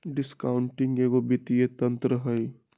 discounting एगो वित्तीय तंत्र हइ